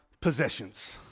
Possessions